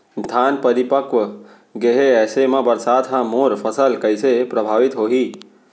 धान परिपक्व गेहे ऐसे म बरसात ह मोर फसल कइसे प्रभावित होही?